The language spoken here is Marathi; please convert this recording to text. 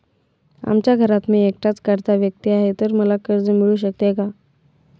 आमच्या घरात मी एकटाच कर्ता व्यक्ती आहे, तर मला कर्ज मिळू शकते का?